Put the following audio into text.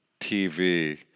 TV